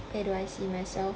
where do I see myself